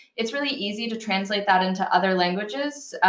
it's really easy to translate that into other languages.